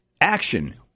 action